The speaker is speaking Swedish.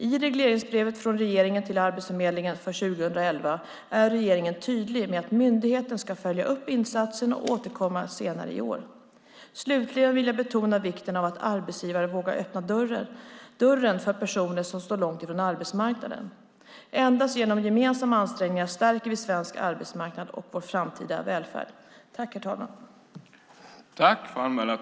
I regleringsbrevet från regeringen till Arbetsförmedlingen för 2011 är regeringen tydlig med att myndigheten ska följa upp insatsen och återkomma senare i år. Slutligen vill jag betona vikten av att arbetsgivare vågar öppna dörren för personer som står långt från arbetsmarknaden. Endast genom gemensamma ansträngningar stärker vi svensk arbetsmarknad och vår framtida välfärd. Då Ylva Johansson, som framställt interpellationen, anmält att hon var förhindrad att närvara vid sammanträdet medgav andre vice talmannen att Raimo Pärssinen i stället fick delta i överläggningen.